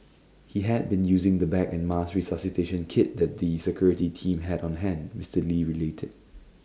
he had been using the bag and mask resuscitation kit the the security team had on hand Mister lee related